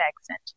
accent